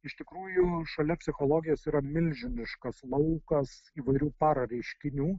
iš tikrųjų šalia psichologijos yra milžiniškas laukas įvairių para reiškinių